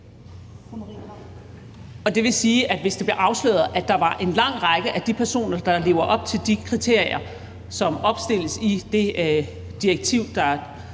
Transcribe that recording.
Det vil sige, at hvis det blev afsløret, at der var en lang række af de personer, der lever op til de kriterier, som opstilles i det direktiv, der